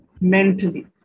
mentally